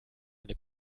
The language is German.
eine